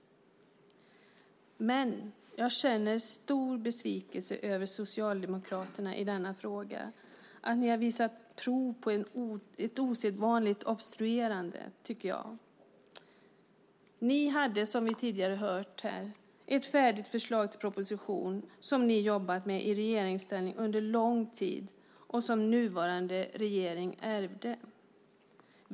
Men jag känner stor besvikelse över Socialdemokraterna i denna fråga. Jag tycker att ni har visat prov på ett osedvanligt obstruerande. Ni hade, som vi tidigare har hört här, ett färdigt förslag till proposition som ni hade jobbat med i regeringsställning under lång tid och som nuvarande regering ärvde.